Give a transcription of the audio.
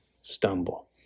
stumble